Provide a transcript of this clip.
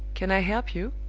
can i help you?